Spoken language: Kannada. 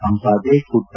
ಸಂಪಾಜೆ ಕುಟ್ಟ